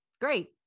Great